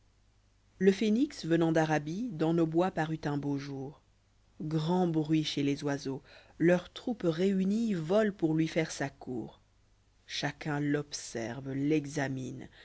le phénix venant d'arabie dans nos bois parut un beau jour grand bruit chez les oiseaux leur troupe réunie vole pour lui faire sa cour chacun l'observe l'examine